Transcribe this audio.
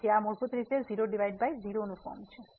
તેથી આ મૂળભૂત રીતે 00 ફોર્મ છે